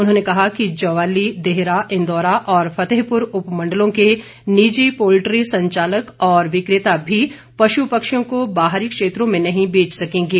उन्होंने कहा कि ज्वाली देहरा इंदौरा और फतेहपुर उपमण्डलों के निजी पोल्ट्री संचालक और विक्रेता भी पश् पक्षियों को बाहरी क्षेत्रों में नहीं बेच सकेंगे